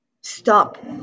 Stop